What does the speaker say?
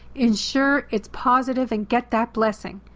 ensure it's positive and get that blessing.